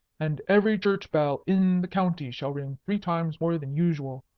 and every church-bell in the county shall ring three times more than usual.